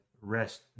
rest